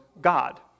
God